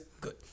Good